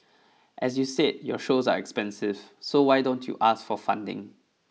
as you said your shows are expensive so why don't you ask for funding